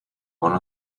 one